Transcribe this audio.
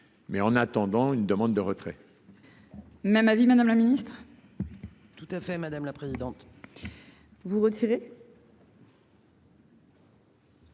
mais en attendant, une demande de retrait.